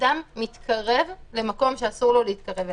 האדם מתקרב למקום שאסור לו להתקרב אליו.